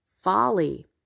folly